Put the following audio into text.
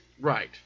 Right